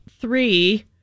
three